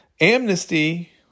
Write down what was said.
amnesty